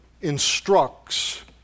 instructs